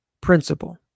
principle